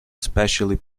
especially